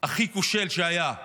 הכי כושל שהיה,